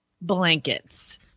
blankets